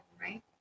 right